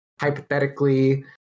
hypothetically